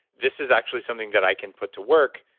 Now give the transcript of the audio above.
this is actually something that i can put to work.